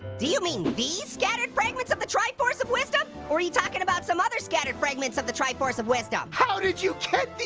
do you mean these scattered fragments of the triforce of wisdom, wisdom, or you talking about some other scattered fragments of the triforce of wisdom? how did you get these?